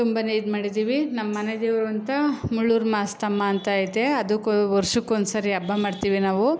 ತುಂಬನೇ ಇದು ಮಾಡಿದ್ದೀವಿ ನಮ್ಮನೆ ದೇವರು ಅಂತ ಮುಳ್ಳೂರು ಮಾಸ್ತಮ್ಮ ಅಂತೈತೆ ಅದಕ್ಕೂ ವರ್ಷಕ್ಕೊಂದ್ಸರಿ ಹಬ್ಬ ಮಾಡ್ತೀವಿ ನಾವು